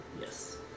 Yes